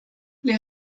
les